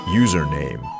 username